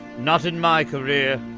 not in my career.